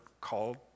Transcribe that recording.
called